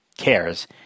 cares